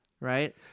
right